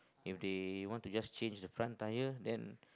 if they want to just change the front tire then